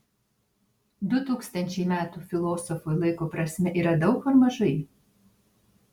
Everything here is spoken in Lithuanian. du tūkstančiai metų filosofui laiko prasme yra daug ar mažai